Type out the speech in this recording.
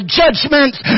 judgments